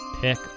pick